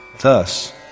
Thus